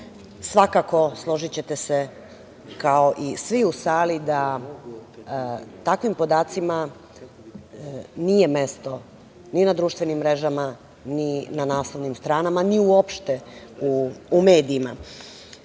Svakako, složićete se kao i svi u sali, da takvim podacima nije mesto ni na društvenim mrežama, ni na naslovnim stranama, ni uopšte u medijima.